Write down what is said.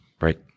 right